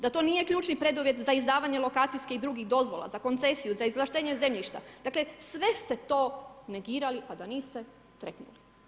Da to nije ključni preduvjet za izdavanje lokacijskih i drugih dozvola, za koncesiju, za izvlaštenje zemljišta, dakle, sve ste to negirali, a da niste trepnuli.